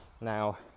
Now